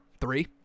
three